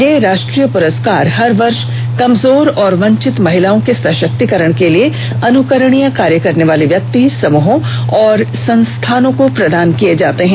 ये राष्ट्रीय पुरस्कार हर वर्ष कमजोर और वंचित महिलाओं के सशक्तीकरण के लिए अनुकरणीय कार्य करने वाले व्यक्ति समूहों और संस्थानों को प्रदान किए जाते हैं